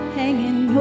hanging